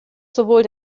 sowohl